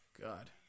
God